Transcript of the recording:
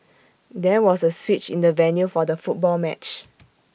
there was A switch in the venue for the football match